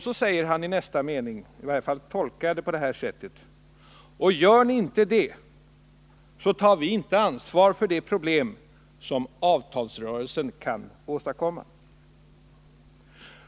Så säger han i nästa mening i varje fall tolkar jag det på det här sättet: Och gör ni inte det, så tar vi inte ansvar för de problem som avtalsrörelsen kan åstadkomma.